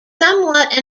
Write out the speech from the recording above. somewhat